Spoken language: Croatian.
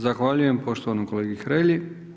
Zahvaljujem poštovanom kolegi Hrelji.